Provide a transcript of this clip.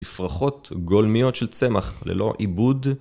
תפרחות גולמיות של צמח ללא עיבוד